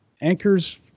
Anchors